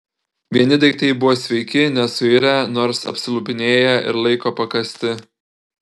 vieni daiktai buvo sveiki nesuirę nors apsilupinėję ir laiko pakąsti